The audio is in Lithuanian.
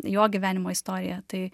jo gyvenimo istoriją tai